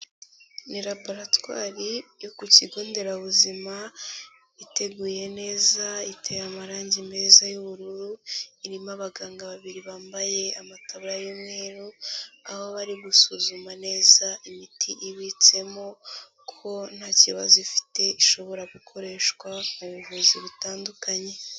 Ni laboratwari yo ku kigo nderabuzima iteguye neza iteye amarangi meza y'ubururu, irimo abaganga babiri bambaye amataburiya y'umweru aho bari gusuzuma neza imiti ibitsemo ko nta kibazo ifite ishobora gukoreshwa mu buvuzi butandukanye.